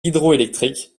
hydroélectrique